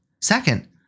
Second